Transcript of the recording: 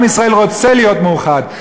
עם ישראל רוצה להיות מאוחד,